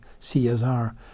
CSR